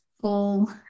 full